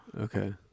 Okay